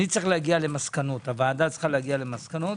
הוועדה צריכה להגיע למסקנות,